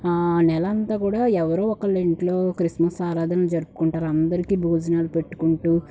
నెల అంతా కూడా ఎవరో ఒకళ్ళ ఇంట్లో క్రిస్మస్ ఆరాధన జరుపుకుంటారు అందరికీ భోజనాలు పెట్టుకుంటూ